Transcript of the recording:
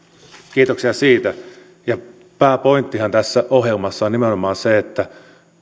kiitoksia siitä ja pääpointtihan tässä ohjelmassa on nimenomaan se että